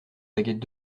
baguette